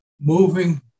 moving